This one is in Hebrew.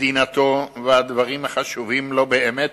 מדינתו והדברים החשובים לו באמת,